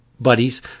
buddies